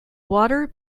water